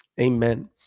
Amen